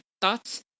thoughts